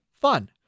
fun